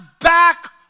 back